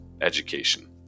education